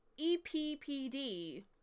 EPPD